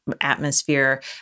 atmosphere